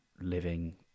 living